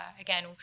again